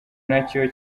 nacyo